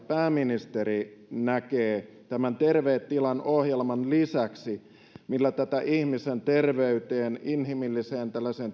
pääministeri näkee tämän terveet tilat ohjelman lisäksi hallituksen kykenevän vastaamaan tähän ihmisen terveyteen inhimilliseen